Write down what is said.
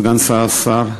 סגן השר,